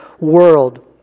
world